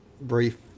brief